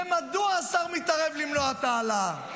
ומדוע השר מתערב למנוע את ההעלאה?